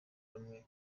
rumwe